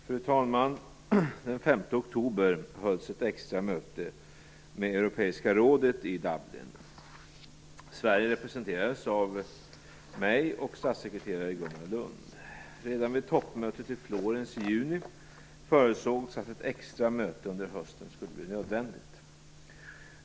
Fru talman! Den 5 oktober hölls ett extra möte med Europeiska rådet i Dublin. Sverige representerades av mig och statssekreterare Gunnar Lund. Redan vid toppmötet i Florens i juni förutsågs att ett extra möte under hösten skulle bli nödvändigt.